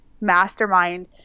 mastermind